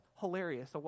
hilarious